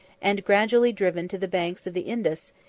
and gradually driven to the banks of the indus,